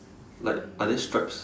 like are there stripes